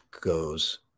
goes